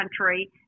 country